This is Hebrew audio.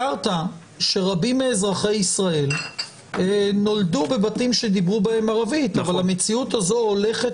שרבים מאזרחי ישראל נולדו בבתים שדיברו בהם ערבית אבל המציאות הזו הולכת